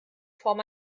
form